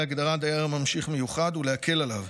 הגדרת דייר ממשיך מיוחד ולהקל עליו,